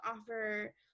offer